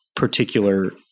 particular